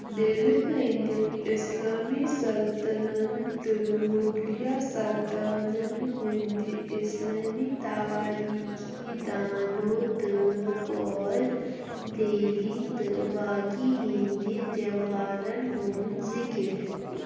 دِلہِ ہٕنٛدِ اسلامی سلطنن تہٕ مُغلِیہ سلطانن ہٕندِ اِسلٲمی تواریٖخی دانو تہٕ کور دیلی تہٕ باقی ہِنٛدی تیوہارن ہُند ذِکِر